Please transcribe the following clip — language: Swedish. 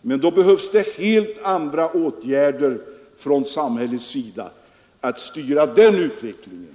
men då behövs det helt andra åtgärder från samhällets sida för att styra utvecklingen.